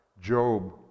Job